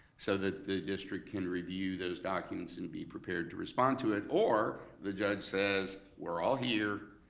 so that the district can review those documents and be prepared to respond to it, or the judge says, we're all here,